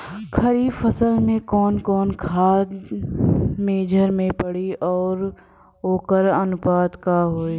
खरीफ फसल में कवन कवन खाद्य मेझर के पड़ी अउर वोकर अनुपात का होई?